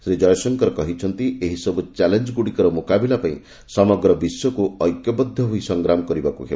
ଶ୍ରୀ ଜୟଶଙ୍କର କହିଛନ୍ତି ଏହିସବୁ ଚ୍ୟାଲେଞ୍ଜଗୁଡ଼ିକର ମୁକାବିଲା ପାଇଁ ସମଗ୍ର ବିଶ୍ୱକୁ ଐକ୍ୟବଦ୍ଧ ହୋଇ ସଂଗ୍ରାମ କରିବାକୁ ହେବ